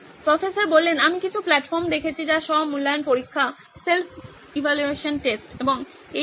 professor আমি কিছু platform দেখেছি যা স্ব মূল্যায়ন পরীক্ষা এবং এই সমস্ত